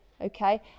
okay